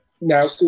now